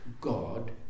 God